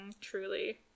Truly